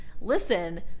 listen